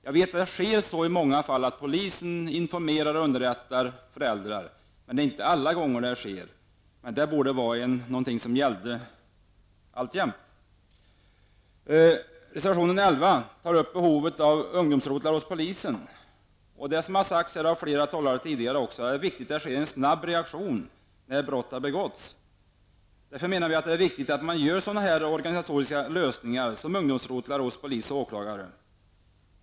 Jag vet att polisen i många fall informerar och underrättar föräldrar. Men det är inte alla gånger som det sker. Det borde vara något som gäller hela tiden. Reservation 11 tar upp behovet av ungdomsrotlar hos polisen. Som flera talare tidigare har sagt är det viktigt att det sker en snabb reaktion när brott har begåtts. Därför anser vi det vara viktigt att man gör sådana organisatoriska lösningar som ungdomsrotlar hos polis och åklagare.